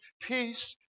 Peace